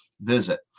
visit